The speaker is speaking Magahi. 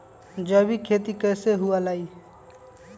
जैविक खेती कैसे हुआ लाई?